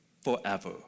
forever